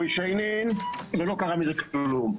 ולא קרה מזה כלום.